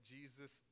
Jesus